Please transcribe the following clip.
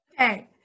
Okay